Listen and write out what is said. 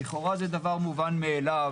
לכאורה זה דבר מובן מאליו,